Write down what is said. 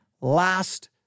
last